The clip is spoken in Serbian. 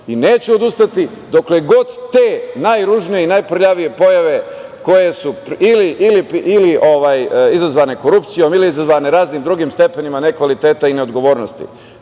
i neću odustati dokle god te najružnije i najprljavije pojave koje su izazvane korupcijom ili izazvane raznim drugim stepenima nekvaliteta i neodgovornosti…